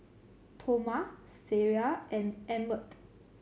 Toma Sariah and Emmet